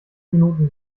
minuten